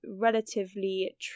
relatively